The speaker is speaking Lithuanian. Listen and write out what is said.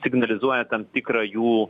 signalizuoja tam tikrą jų